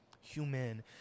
human